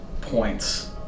points